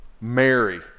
Mary